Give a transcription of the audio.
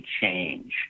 change